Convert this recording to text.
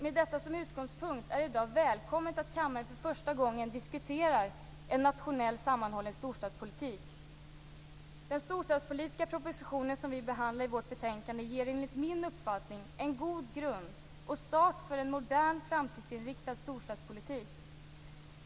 Med detta som utgångspunkt är det i dag välkommet att kammaren för första gången diskuterar en nationell sammanhållen storstadspolitik. Den storstadspolitiska propositionen som vi behandlar i vårt betänkande ger enligt min uppfattning en god grund och start för en modern framtidsinriktad storstadspolitik.